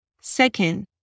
Second